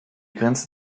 grenze